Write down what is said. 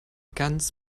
ganz